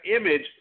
image